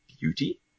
Beauty